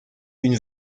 une